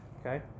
okay